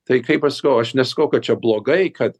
tai kaip aš sakau aš nesakau kad čia blogai kad